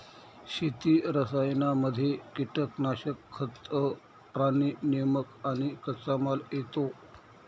शेती रसायनांमध्ये कीटनाशक, खतं, प्राणी नियामक आणि कच्चामाल येतो